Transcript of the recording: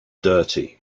dirty